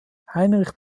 heinrich